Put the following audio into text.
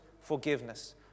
forgiveness